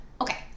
Okay